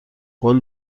قول